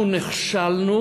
אנחנו נכשלנו